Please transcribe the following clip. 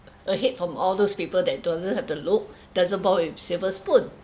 ahead from all those people that doesn't have the looks doesn't born with silver spoon